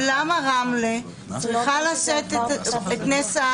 אז אני שואלת למה רמלה צריכה לשאת את הדגל הזה?